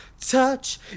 touch